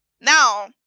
now